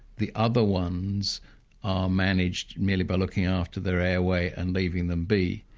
the other ones are managed merely by looking after their airway and leaving them be.